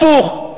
הפוך.